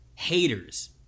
haters